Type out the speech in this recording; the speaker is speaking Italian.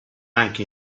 anche